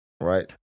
right